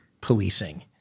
policing